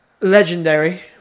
legendary